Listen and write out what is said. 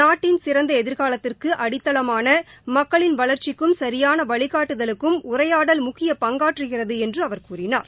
நாட்டின் சிறந்த எதிர்காலத்திற்கு அடித்தளமான மக்களின் வளர்ச்சிக்கும் சரியான வழிகாட்டலுக்கும் உரையாடல் முக்கியப் பங்காற்றுகிறது என்று அவர் கூறினார்